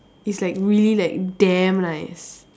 it's like really like damn nice